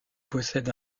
possède